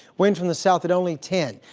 winds from the south at only ten.